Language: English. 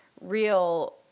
real